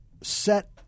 set